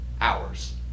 hours